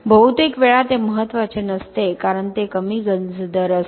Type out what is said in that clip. बहुतेक वेळा ते महत्त्वाचे नसते कारण ते कमी गंज दर असते